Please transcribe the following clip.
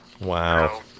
Wow